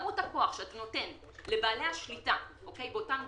לבעלי השליטה באותם גופים,